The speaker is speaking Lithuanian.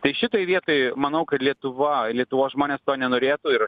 tai šitoje vietoj manau kad lietuva lietuvos žmonės to nenorėtų ir